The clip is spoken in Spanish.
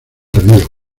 tardío